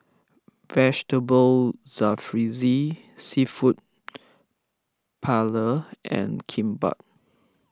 Vegetable Jalfrezi Seafood Paella and Kimbap